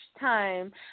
time